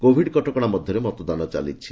Covid କଟକଣା ମଧ୍ୟରେ ମତଦାନ ଚାଲିଛି